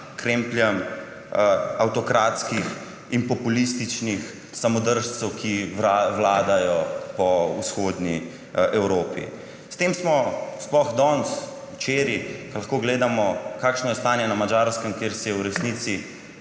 krempljem avtokratskih in populističnih samodržcev, ki vladajo po Vzhodni Evropi. S tem smo – sploh danes, včeraj lahko gledamo, kakšno je stanje na Madžarskem, kjer si je v resnici